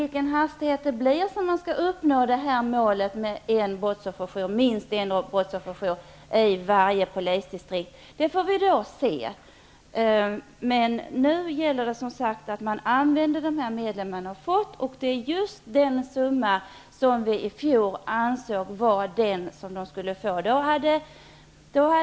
Vilken hastighet man skall ha för att uppnå målet med minst en brottsofferjour i varje polisdistrikt är en senare fråga. Nu gäller det att man skall använda de medel man har fått. Det är just den summa som vi i fjol ansåg vara den som de skulle få.